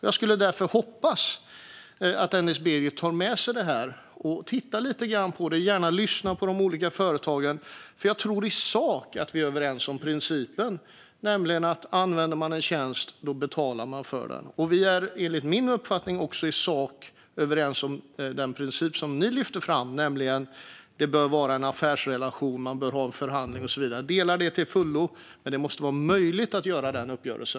Jag skulle därför hoppas att Denis Begic tar med sig detta, tittar lite grann på det och gärna lyssnar på de olika företagen, för jag tror att vi i sak är överens om principen, nämligen att om man använder en tjänst ska man betala för den. Och vi är enligt min uppfattning också i sak överens om den princip som ni lyfter fram, nämligen att det bör vara en affärsrelation, att man bör ha en förhandling och så vidare. Detta håller jag med om till fullo, men det måste vara möjligt att träffa en sådan uppgörelse.